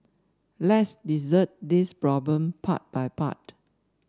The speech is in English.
let's dissect this problem part by part